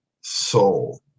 Soul